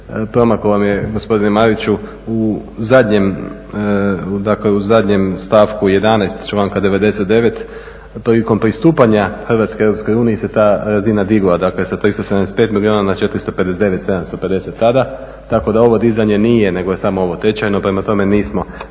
Promaklo vam je gospodine Mariću u zadnjem stavku 11. članka 99. prilikom pristupanja Hrvatske Europskoj uniji se ta razina digla dakle sa 375 milijuna na 459 750 tada, tako da ovo dizanje nije nego je samo ovo tečajno, prema tome nismo